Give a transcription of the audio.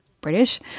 British